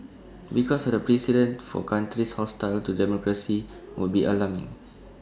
because the precedent for countries hostile to democracy would be alarming